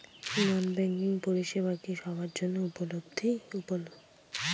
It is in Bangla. নন ব্যাংকিং পরিষেবা কি সবার জন্য উপলব্ধ?